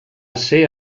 esser